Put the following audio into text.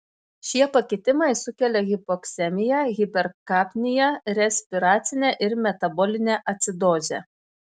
šie pakitimai sukelia hipoksemiją hiperkapniją respiracinę ir metabolinę acidozę